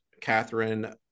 Catherine